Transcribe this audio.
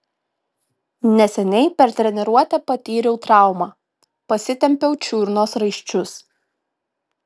neseniai per treniruotę patyriau traumą pasitempiau čiurnos raiščius